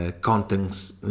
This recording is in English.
contents